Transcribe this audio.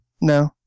No